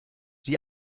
wie